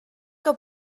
que